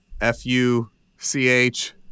F-U-C-H